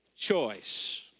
Choice